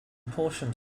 portions